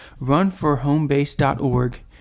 runforhomebase.org